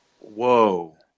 Whoa